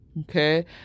Okay